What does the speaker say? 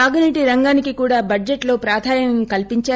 సాగునీటి రంగానికి కూడా బడ్లెట్ లో ప్రాధాన్యం కల్పించారు